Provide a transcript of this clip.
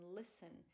listen